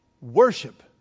Worship